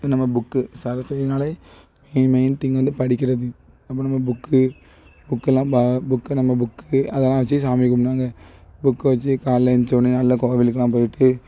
நம்ம புக்கு சரஸ்வதினாலே மெ மெயின் திங் வந்து படிக்கிறது அப்போ நம்ம புக்கு புக்கெல்லாம் ப புக்கு நம்ம புக்கு அதெலாம் வச்சி சாமி கும்பிடுவாங்க புக்கை வச்சி காலைல ஏழ்ந்ச்சவொடன்னே நல்லா கோவிலுக்கெலாம் போய்ட்டு